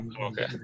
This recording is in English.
Okay